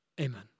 amen